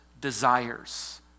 desires